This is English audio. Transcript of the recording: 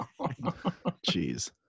jeez